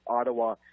Ottawa